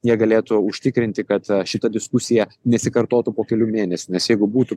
jie galėtų užtikrinti kad šita diskusija nesikartotų po kelių mėnesių nes jeigu būtų